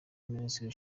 minisiteri